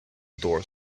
door